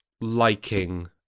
liking